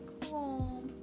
cool